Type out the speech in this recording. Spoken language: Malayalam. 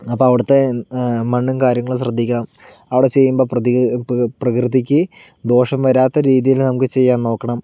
അപ്പം അവിടുത്തെ മണ്ണും കാര്യങ്ങളും ശ്രദ്ധിക്കണം അവിടെ ചെയ്യുമ്പോൾ പ്രതിക് പ്രകൃതിയ്ക്കു ദോഷം വരാത്ത രീതിയില് നമുക്ക് ചെയ്യാന് നോക്കണം